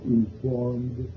informed